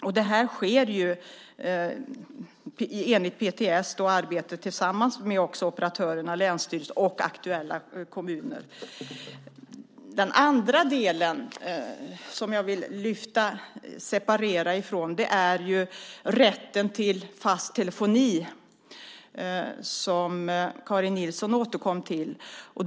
Det här arbetet sker ju, enligt PTS, tillsammans med operatörerna, länsstyrelse och aktuella kommuner. Den andra delen som jag vill separera är rätten till fast telefoni som Karin Nilsson återkom till.